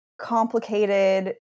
complicated